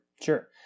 Sure